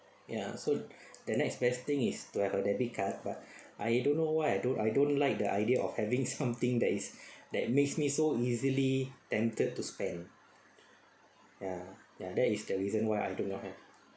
ya so the next best thing is to have a debit card but I don't know why I don't I don't like the idea of having something that is that makes me so easily tempted to spend ya ya that is the reason why I do not have